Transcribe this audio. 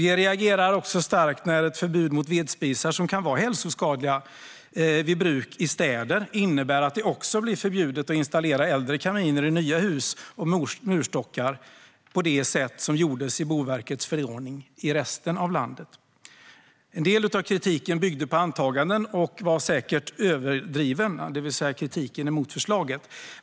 Vi reagerar starkt när ett förbud mot vedspisar, som kan vara hälsoskadliga vid bruk i städer, innebär att det också blir förbjudet att installera äldre kaminer i nya hus och murstockar i resten av landet på det sätt som beskrevs i Boverkets förslag till förordning. En del av kritiken mot förslaget byggde på antaganden och var säkert överdriven.